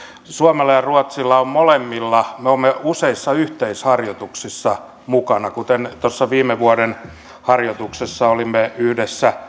suomi ja ruotsi ovat molemmat useissa yhteisharjoituksissa mukana kuten tuossa viime vuoden cmx harjoituksessa olimme yhdessä